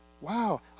Wow